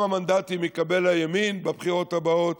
השאלה היא לא רק כמה מנדטים יקבל הימין בבחירות הבאות